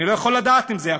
אני לא יכול לדעת אם זה הכול.